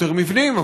יותר מבנים,